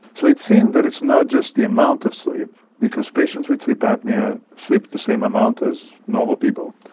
so it seems that it's not just the amount of sleep because patients with sleep apnoea sleep the same amount as normal people,